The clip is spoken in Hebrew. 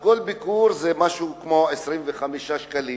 כל ביקור זה משהו כמו 25 שקלים.